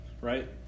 right